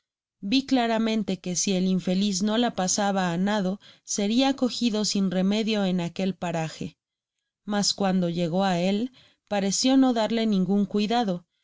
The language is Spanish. vi claramente que si el infeliz no la pasaba á nado seria cogido sin remedio en aquel paraje mas cuando llegó á él parecio no darle ningun cuidado